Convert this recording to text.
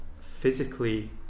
physically